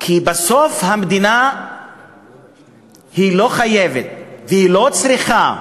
כי בסוף המדינה לא חייבת ולא צריכה,